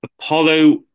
Apollo